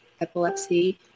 epilepsy